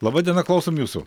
laba diena klausom jūsų